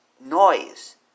noise